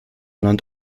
land